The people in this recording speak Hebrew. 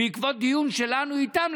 בעקבות דיון שלנו איתם,